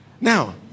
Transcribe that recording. Now